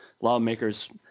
lawmakers